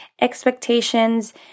expectations